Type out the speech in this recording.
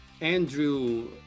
andrew